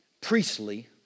Priestly